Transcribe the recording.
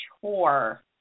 chore